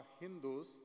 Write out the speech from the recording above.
Hindus